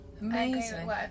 Amazing